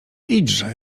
idźże